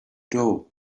dough